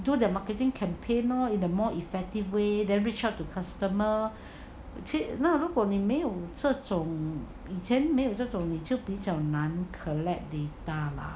do the marketing campaign lor in the more effective way then reach up to customer 那如果你没有这种以前没有这种 then 就比较难 collect data lah